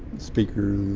speaker,